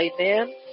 Amen